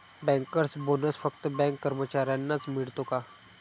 Bankers bonus फक्त bank कर्मचाऱ्यांनाच मिळतो का?